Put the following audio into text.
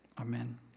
Amen